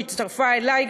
והוא הצטרף אלי.